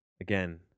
Again